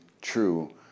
true